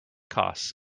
costs